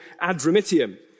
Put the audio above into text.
Adramitium